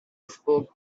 spoke